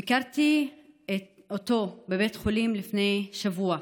ביקרתי אותו בבית החולים לפני שבוע.